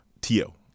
Tio